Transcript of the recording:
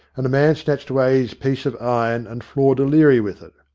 and a man snatched away his piece of iron and floored a leary with it.